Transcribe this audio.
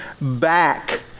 back